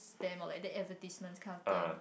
spam or like the advertisement kind of thing